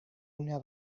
una